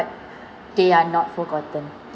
they are not forgotten